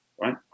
right